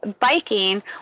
biking